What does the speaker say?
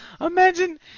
imagine